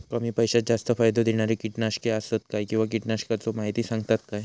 कमी पैशात जास्त फायदो दिणारी किटकनाशके आसत काय किंवा कीटकनाशकाचो माहिती सांगतात काय?